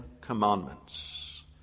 commandments